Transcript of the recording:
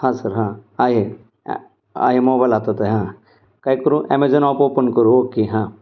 हां सर हां आहे आहे मोबाईल हातात आहे हां काय करू ॲमेझॉन ऑप ओपन करू ओके हां